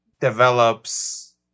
develops